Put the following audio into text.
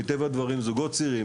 מטבע הדברים יש זוגות צעירים,